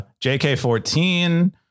JK14